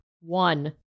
one